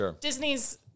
Disney's